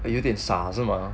有点傻是吗